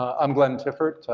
ah i'm glenn tiffert,